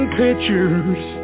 pictures